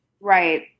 Right